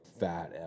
fat